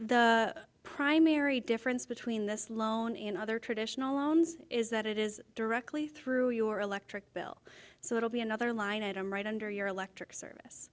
the primary difference between this loan in other traditional loans is that it is directly through your electric bill so it'll be another line item right under your electric service